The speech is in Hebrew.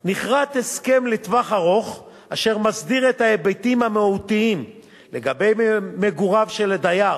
נכרת הסכם ארוך-טווח אשר מסדיר את ההיבטים המהותיים לגבי מגוריו של דייר